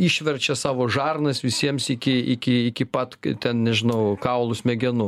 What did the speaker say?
išverčia savo žarnas visiems iki iki iki pat ten nežinau kaulų smegenų